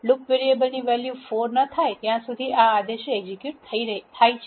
loop વેરીએબલની value 4 ન થાય ત્યાં સુધી આ આદેશો એક્ઝેક્યુટ થાય છે